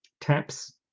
TAPS